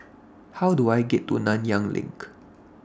How Do I get to Nanyang LINK